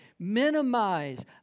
minimize